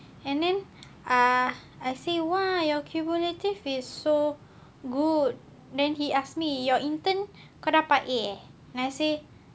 and then ah I see !wah! your cumulative is so good then he ask me your intern kau dapat A ah then I say